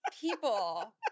people